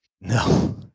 No